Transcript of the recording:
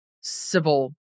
civil